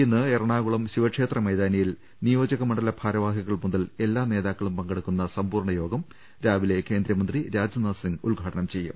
ഇന്ന് എറണാകുളം ശിവക്ഷേത്ര മൈതാനിയിൽ നിയോജകമണ്ഡല ഭാരവാഹികൾ മുതൽ എല്ലാ നേതാക്കളും പങ്കെടുക്കുന്ന സമ്പൂർണ്ണ യോഗം രാവിലെ കേന്ദ്രമന്ത്രി രാജ്നാഥ് സിങ്ങ് ഉദ്ഘാടനം ചെയ്യും